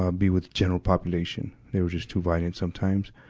ah be with general population. they were just too violent sometimes.